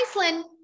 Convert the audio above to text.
Iceland